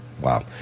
Wow